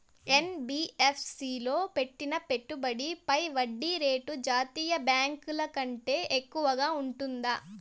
NBFC లో పెట్టిన పెట్టుబడి పై వడ్డీ రేటు జాతీయ బ్యాంకు ల కంటే ఎక్కువగా ఉంటుందా?